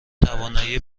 توانایی